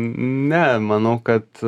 ne manau kad